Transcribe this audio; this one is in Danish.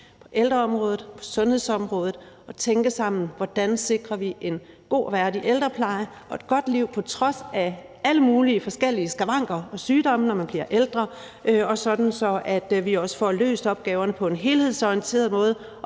ældreområdet, på sundhedsområdet og tænke sammen, hvordan vi sikrer en god, værdig ældrepleje og et godt liv på trods af alle mulige forskellige skavanker for sygdomme, når man bliver ældre, og sådan at vi også får løst opgaverne på en helhedsorienteret måde